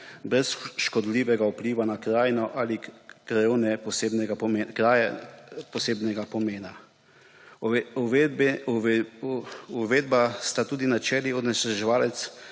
brez škodljivega vpliva na krajino ali kraje posebnega pomena. Uvedeni sta tudi načeli onesnaževalec